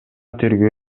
тергөө